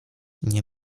nie